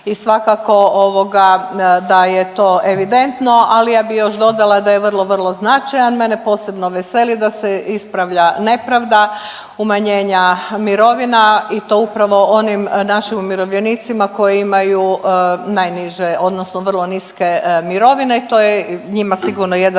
i svakako da je to evidentno. Ali ja bih još dodala da je vrlo, vrlo značajan. Mene posebno veseli da se ispravlja nepravda umanjenja mirovina i to upravo onim našim umirovljenicima koji imaju najniže, odnosno vrlo niske mirovine. To je njima sigurno jedan